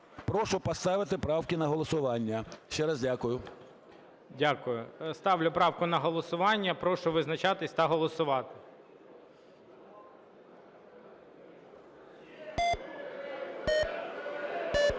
Прошу поставити правки на голосування. Ще раз дякую. ГОЛОВУЮЧИЙ. Дякую. Ставлю правку на голосування. Прошу визначатись та голосувати.